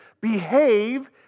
behave